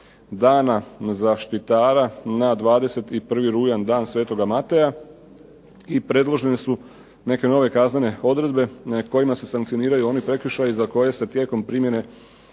dana zaštitara na 21. rujan dan Svetoga Mateja i predložene su neke nove kaznene odredbe kojima se sankcioniraju oni prekršaji za koje se tijekom primjene